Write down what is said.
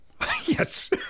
Yes